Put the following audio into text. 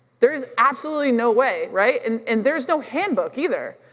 there is absolutely no way, right and and there's no handbook either.